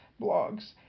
blogs